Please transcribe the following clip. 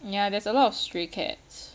ya there's a lot of stray cats